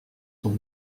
sont